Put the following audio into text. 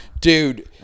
Dude